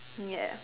ya